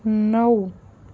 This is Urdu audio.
نو